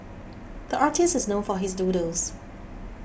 the artist is known for his doodles